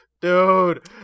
dude